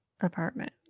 apartment